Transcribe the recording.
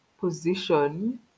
position